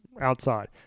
outside